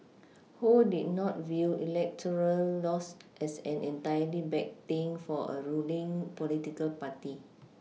who did not view electoral loss as an entirely bad thing for a ruling political party